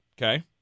okay